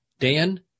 Dan